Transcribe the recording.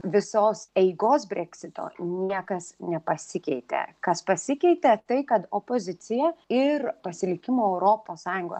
visos eigos breksito niekas nepasikeitė kas pasikeitė tai kad opozicija ir pasilikimo europos sąjungoje